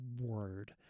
word